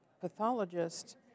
pathologist